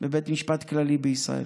בבית משפט כללי בישראל.